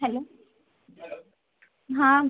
hello हा